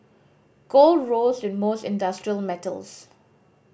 gold rose with most industrial metals